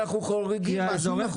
ניתן לך.